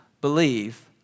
believe